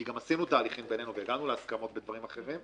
כי גם עשינו תהליכים בינינו והגענו להסכמות בדברים אחרים,